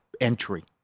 entry